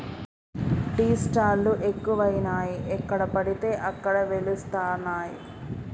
tea stall లు ఎక్కువయినాయి ఎక్కడ పడితే అక్కడ వెలుస్తానయ్